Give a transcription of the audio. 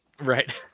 Right